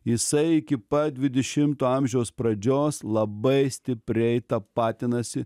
jisai iki pat dvidešimto amžiaus pradžios labai stipriai tapatinasi